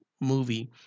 movie